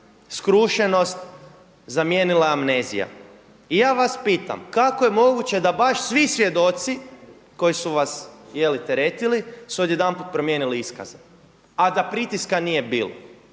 skrušenost zamijenila je amnezija. I ja vas pitam kako je moguće da baš svi svjedoci koji su vas je li teretili su odjedanput promijenili iskaze, a da pritiska nije bilo.